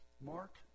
Mark